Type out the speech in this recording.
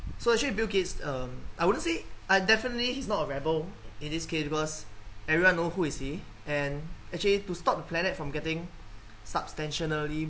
so actually bill gates um I wouldn't say I definitely he's not a rebel in this case because everyone know who is he and actually to stop the planet from getting substantially